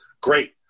great